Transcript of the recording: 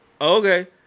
Okay